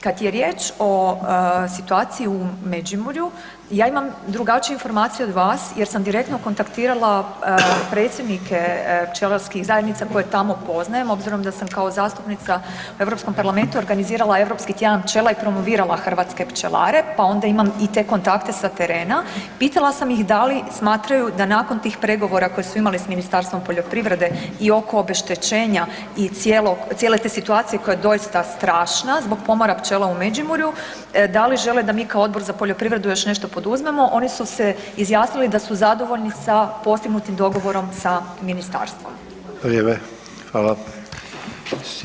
Kad je riječ o situaciji u Međimurju, ja imam drugačiju informaciju od vas jer sam direktno kontaktirala predsjednike pčelarskih zajednica koje tamo poznajem, obzirom da sam kao zastupnica u EU parlamentu organizirala Europski tjedan pčela i promovirala hrvatske pčelare pa onda imam i te kontakte sa terena, pitala sam ih da li smatraju da nakon tih pregovora koje su imali s Ministarstvom poljoprivrede i oko obeštećenja i cijele te situacije koja je doista strašna zbog pomora pčela u Međimurju, da li žele da mi kao Odbor za poljoprivredu još nešto poduzmemo, oni su se izjasnili da su zadovoljni sa postignutim dogovorom sa Ministarstvom.